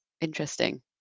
Interesting